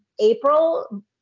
April